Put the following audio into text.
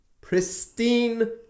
Pristine